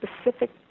specific